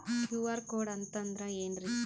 QR code ಅಂತಂದ್ರ ಏನ್ರೀ?